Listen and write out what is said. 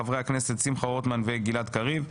חוק ומשפט: חברי הכנסת שמחה רוטמן וגלעד קריב.